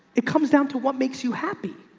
it comes down to what makes you happy.